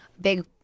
Big